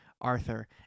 Arthur